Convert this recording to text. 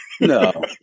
No